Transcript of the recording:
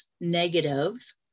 negative